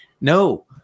No